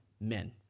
men